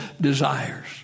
desires